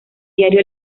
diario